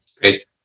Great